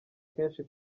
kenshi